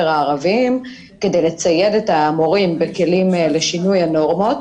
הערבים כדי לצייד את המורים בכלים לשינוי הנורמות,